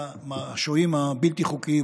והשוהים הבלתי-חוקיים.